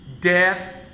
death